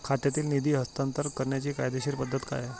खात्यातील निधी हस्तांतर करण्याची कायदेशीर पद्धत काय आहे?